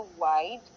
wide